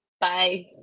Bye